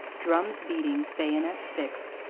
drums beating, bayonets fixed,